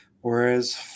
Whereas